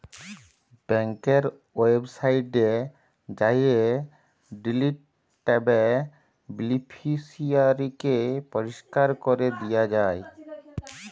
ব্যাংকের ওয়েবসাইটে যাঁয়ে ডিলিট ট্যাবে বেলিফিসিয়ারিকে পরিষ্কার ক্যরে দিয়া যায়